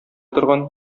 торган